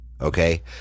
okay